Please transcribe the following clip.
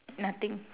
nothing